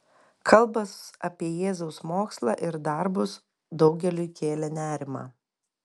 kalbos apie jėzaus mokslą ir darbus daugeliui kėlė nerimą